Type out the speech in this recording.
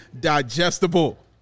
digestible